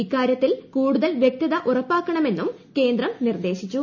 ഇക്കാരൃത്തിൽ കൂടുതൽ വൃക്തത ഉറപ്പാക്ക ണമെന്നും കേന്ദ്രം നിർദേശിച്ചു